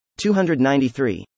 293